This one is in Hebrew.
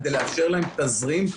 כדי לאפשר להן תזרים.